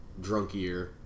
drunkier